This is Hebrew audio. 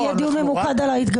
יהיה דיון ממוקד על ההתגברות?